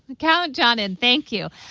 count john in. thank you.